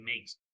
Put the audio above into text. makes